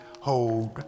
hold